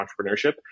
Entrepreneurship